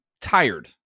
tired